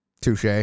Touche